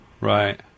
Right